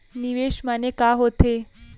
निवेश माने का होथे?